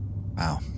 Wow